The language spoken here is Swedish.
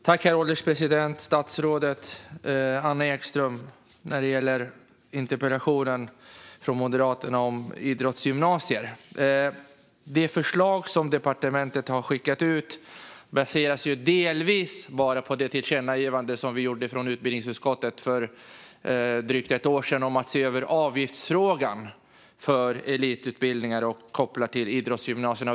Herr ålderspresident! Jag tackar statsrådet Anna Ekström för svaret på interpellationen från Moderaterna om idrottsgymnasier. Det förslag som departementet har skickat ut baseras ju bara delvis på det tillkännagivande som riksdagen gjorde på initiativ av utbildningsutskottet för drygt ett år sedan om att se över avgiftsfrågan för elitutbildningar kopplat till idrottsgymnasierna.